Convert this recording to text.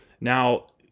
Now